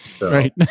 Right